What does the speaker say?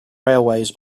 railways